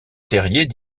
terrier